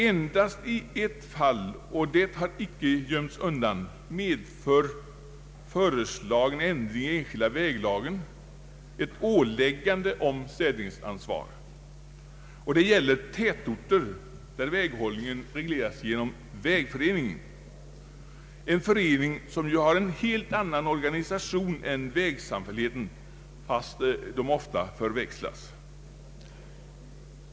Endast i ett fall — och det har icke gömts undan — medför föreslagen ändring i lagen om enskilda vägar ett åläggande om städnings ansvar. Det gäller tätorter, där väghållningen regleras genom vägförening — en förening som har en helt annan organisation än vägsamfällighet, fastän de ofta förväxlas.